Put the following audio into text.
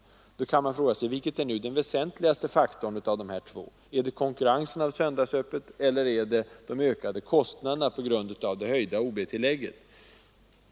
Frågan är då: Vilken är den väsentligaste faktorn av dessa två — är det konkurrensen från söndagsöppna varuhus, eller är det de ökade kostnaderna på grund av det höjda ob-tillägget?